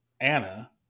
Anna